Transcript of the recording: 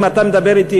אם אתה שואל אותי,